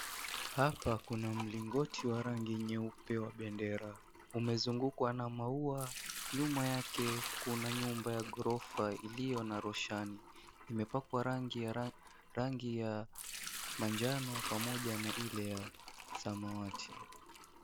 Hapa Kuna mlingoti wa rangi nyeupe wa bendera. Umezungukwa na maua nyuma yake Kuna nyumba ya gorofa iliyo na rushani. Imepakwa rangi ya manjano pamoja na hile ya samawati.